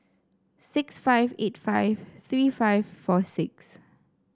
six five eight five three five four six